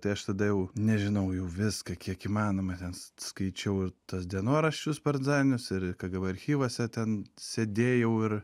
tai aš tada jau nežinau jau viską kiek įmanoma ten skaičiau ir tas dienoraščius partzanius ir kgb archyvuose ten sėdėjau ir